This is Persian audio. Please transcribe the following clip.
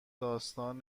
داستان